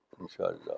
insha'Allah